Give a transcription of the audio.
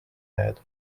ajada